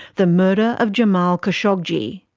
the murder of jamal khashoggi.